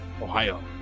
Ohio